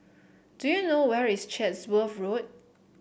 do you know where is Chatsworth Road